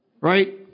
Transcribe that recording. right